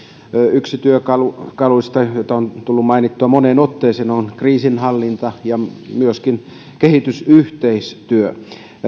yksi työkaluista työkaluista joka on tullut mainittua moneen otteeseen on kriisinhallinta ja myöskin kehitysyhteistyö